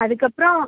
அதுக்கப்புறம்